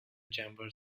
chamber